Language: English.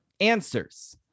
answers